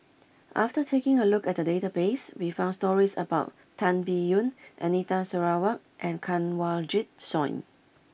after taking a look at the database we found stories about Tan Biyun Anita Sarawak and Kanwaljit Soin